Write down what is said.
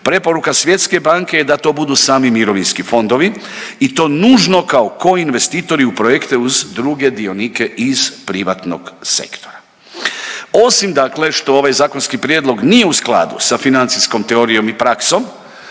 preporuka Svjetske banke je da to budu sami mirovinski fondovi i to nužno kao koinvestitori u projekte uz druge dionike iz privatnog sektora. Osim dakle što ovaj zakonski prijedlog nije u skladu sa financijskom teorijom i praksom,